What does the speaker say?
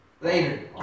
later